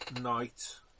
night